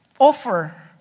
Offer